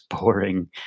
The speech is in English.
boring